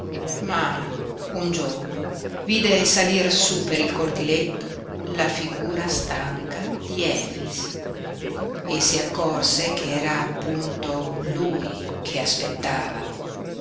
ma un giorno vide salir su per il cortiletto la figura stanca di efix e si accorse ch'era appunto lui che aspettava